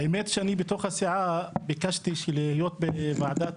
האמת היא שאני בסיעה ביקשתי להיות בוועדת